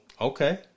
okay